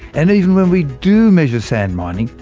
and even when we do measure sand mining,